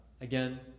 Again